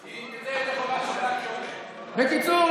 בקיצור,